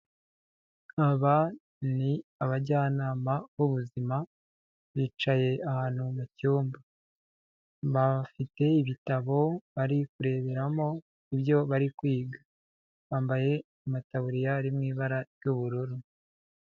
Aba ni abajyanama b'ubuzima bicaye ahantu mu cyumba, bafite ibitabo bari kureberamo ibyo bari kwiga, bambaye amataburiya ari mu ibara ry'ubururu.